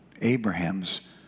Abraham's